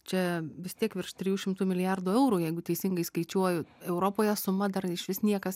čia vis tiek virš trijų šimtų milijardų eurų jeigu teisingai skaičiuoju europoje suma dar išvis niekas